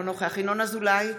אינו נוכח ינון אזולאי,